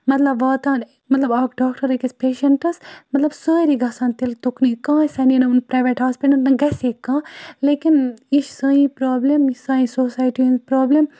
مطلب واتان مطلب اَکھ ڈاکٹَر أکِس پیشَنٹَس مطلب سٲری گَژھٕ ہَن تیٚلہِ تُکنُے کٕہۭنۍ سَنے نہٕ یِمَن پرٛایویٹ ہاسپِٹَلَن نہ گژھے کانٛہہ لیکِن یہِ چھِ سٲنی پرٛابلِم یہِ چھِ سانہِ سوسایٹی ہِنٛز پرٛابلِم